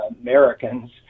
Americans